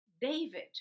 David